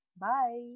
bye